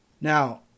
now